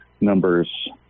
numbers